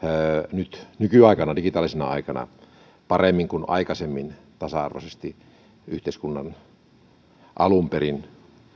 nyt nykyaikana digitaalisena aikana paremmin kuin aikaisemmin tasa arvoisesti yhteiskunnan alun perin